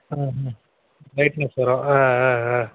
ஆ ஆ பிரைட்னஸ் வரும் ஆ ஆ ஆ